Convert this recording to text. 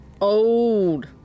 Old